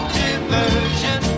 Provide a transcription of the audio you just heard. diversion